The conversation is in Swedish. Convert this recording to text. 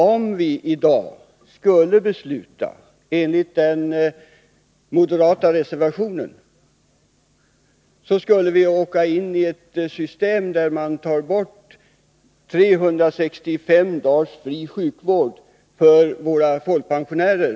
Om kammaren i dag fattar beslut enligt den moderata reservationen, hamnar vi i ett system där 365 dagars fri sjukvård tas bort från våra folkpensionärer.